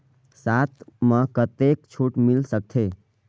साथ म कतेक छूट मिल सकथे?